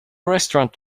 restaurant